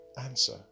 Answer